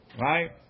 Right